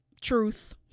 Truth